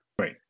Right